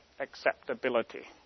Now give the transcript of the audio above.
Acceptability